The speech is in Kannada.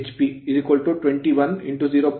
ಆದ್ದರಿಂದ ಇದು 15